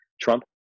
Trump